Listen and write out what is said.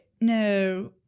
no